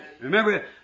Remember